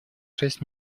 шесть